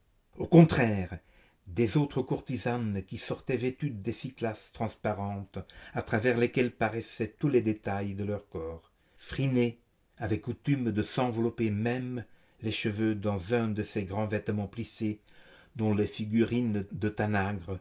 au contraire des autres courtisanes qui sortaient vêtues de cyclas transparentes à travers lesquelles paraissaient tous les détails de leur corps phryné avait coutume de s'envelopper même les cheveux dans un de ces grands vêtements plissés dont les figurines de tanagre